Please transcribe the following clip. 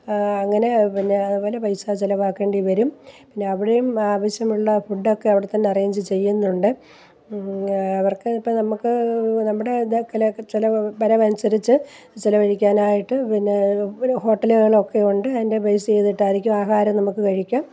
അങ്ങനെ പിന്നെ അങ്ങനെ പൈസ ചെലവാക്കേണ്ടി വരും പിന്നെ അവിടെയും ആവശ്യമുള്ള ഫുഡ് ഒക്കെ അവിടെ തന്നെ അറേഞ്ച് ചെയ്യുന്നുണ്ട് അവർക്ക് ഇപ്പം നമുക്ക് നമ്മുടെ ഇതാക്കലൊക്കെ ചെലവ് വരവനുസരിച്ച് ചിലഴിക്കാനായിട്ട് പിന്നെ ഒരു ഹോട്ടലുകളൊക്കെയുണ്ട് അതിൻ്റെ ബേസ് ചെയ്തിട്ടായിരിക്കും ആഹാരം നമുക്ക് കഴിക്കാം